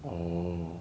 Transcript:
orh